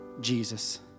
Jesus